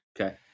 okay